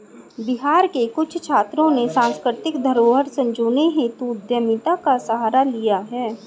बिहार के कुछ छात्रों ने सांस्कृतिक धरोहर संजोने हेतु उद्यमिता का सहारा लिया है